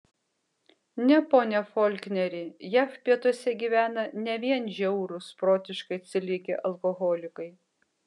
ne pone folkneri jav pietuose gyvena ne vien žiaurūs protiškai atsilikę alkoholikai